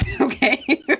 okay